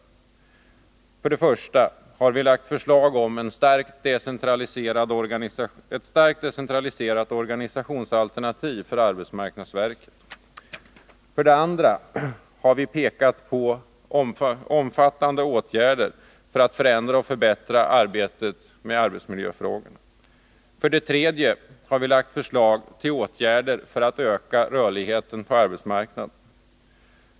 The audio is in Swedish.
För det första har vi lagt fram förslag om ett starkt decentraliserat organisationsalternativ för arbetsmarknadsverket. För det andra har vi pekat på omfattande åtgärder för att förändra och förbättra arbetet med arbetsmiljöfrågorna. För det tredje har vi lagt fram förslag till åtgärder för att öka rörligheten på arbetsmarknaden.